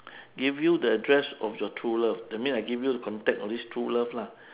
give you the address of your true love that means I give you contact of this true love lah